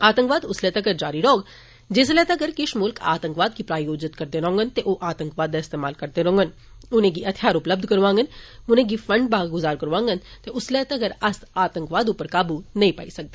आतंकवाद उसले तगर जारी रहौग जिसले तगर किश मुल्ख आतंकवाद गी प्रायोजित करदे रौहगंन ते ओ आतंकवाद दा इस्तेमाल करदे रौहगंन उनेंगी हथियार उपलब्ध करोआगंन उनेंगी फंड बा ग्जार करौआगंन उसलै तगर अस आतंकवाद उप्पर काबू नेई पाई सकदे